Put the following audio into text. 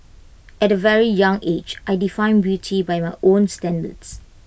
at A very young age I defined beauty by my own standards